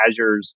Azures